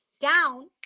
down